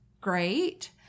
great